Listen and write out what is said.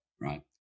right